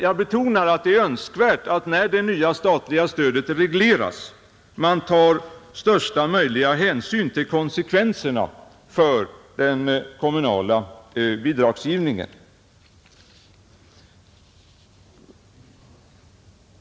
Jag betonar att det är önskvärt att man när det nya statliga stödet regleras, tar största möjliga hänsyn till konsekvenserna för den kommunala bidragsgivningen.